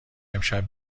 امشب